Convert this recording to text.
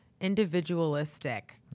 individualistic